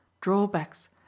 drawbacks